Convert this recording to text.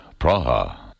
Praha